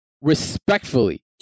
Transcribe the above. respectfully